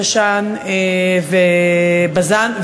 תש"ן ובז"ן,